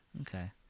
Okay